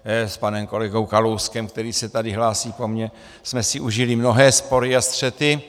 S panem kolegou Kalouskem, který se tady hlásí po mně, jsme si užili mnohé spory a střety.